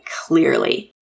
clearly